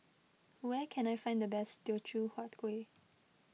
where can I find the best Teochew Huat Kueh